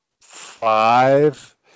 five